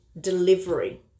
delivery